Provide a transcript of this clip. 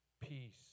peace